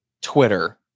twitter